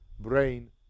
brain